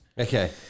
Okay